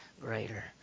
greater